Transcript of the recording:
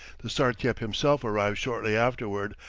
the sartiep himself arrives shortly afterward,